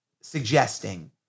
suggesting